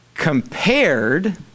Compared